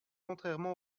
contrairement